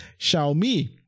xiaomi